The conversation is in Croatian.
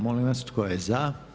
Molim vas, tko je za?